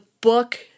book